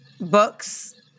books